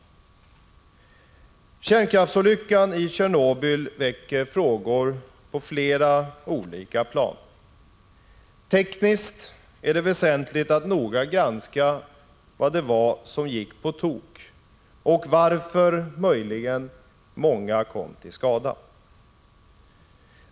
Kärnkraftsolyckan i Tjernobyl väcker frågor på flera olika plan. Tekniskt är det väsentligt att noga granska vad det var som gick på tok och varför — möjligen — många kom till skada.